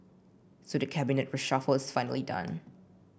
so the cabinet reshuffle is finally done